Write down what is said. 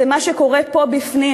זה מה שקורה פה בפנים,